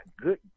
good